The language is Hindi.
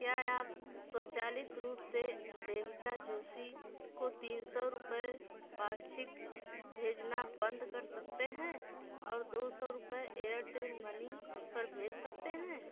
क्या आप स्वचालित रूप से देविका जोशी को तीन सौ रुपये पाक्षिक भेजना बंद कर सकते हैं और दो सौ रुपये एयरटेल मनी पर भेज सकते हैं